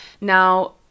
Now